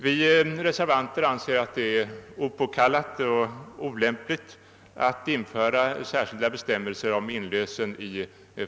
Vi reservanter anser det vara opåkallat och olämpligt att i fastighetsbildningslagen införa särskilda bestämmelser om inlösen.